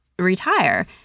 Retire